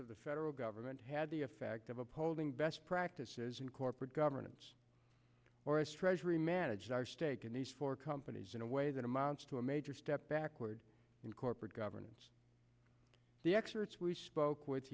of the federal government had the effect of upholding best practices in corporate governance or us treasury manage our stake in these four companies in a way that amounts to a major step backward in corporate governance the experts we spoke with